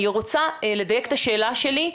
אני רוצה לדייק את השאלה שלי,